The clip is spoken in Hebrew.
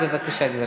בבקשה, גברתי.